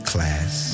class